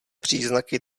příznaky